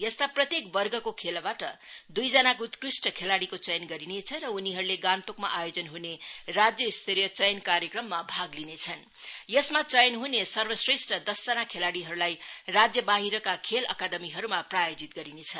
यस्ता प्रत्येक वर्गको खेलाबाट दुईजना उत्कृष्ठ खेलाडीको चयन गरिनेछ र उनीहरूले गान्तोकमा आयोजन हुने राज्य स्तरीय चयन कार्यक्रममा भाग लिनेछन् यसमा चयन हुने सर्वश्रेष्ठ दशजना खेलाडीहरूलाई राज्यबाहिरका खेल अकादमीहरूमा प्रायोजित गरिनेछ